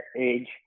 age